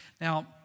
Now